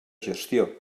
gestió